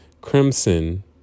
crimson